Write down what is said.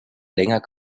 länger